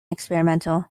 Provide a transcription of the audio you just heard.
experimental